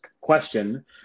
question